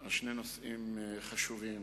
על שני נושאים חשובים: